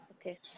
Okay